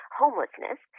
homelessness